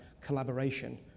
collaboration